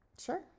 Sure